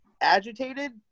agitated